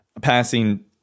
passing